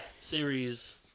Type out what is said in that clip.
series